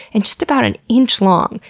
and just about an inch long.